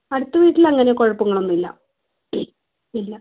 അടുത്ത വീട്ടില് അങ്ങനെ കുഴപ്പങ്ങൾ ഒന്നും ഇല്ലഇല്ല